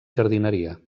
jardineria